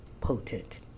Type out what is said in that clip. potent